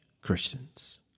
Christians